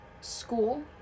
school